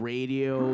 Radio